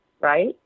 right